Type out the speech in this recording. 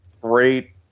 great